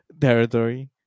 territory